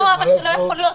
מה לעשות.